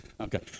Okay